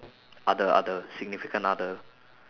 other other significant other